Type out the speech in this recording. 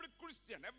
Christian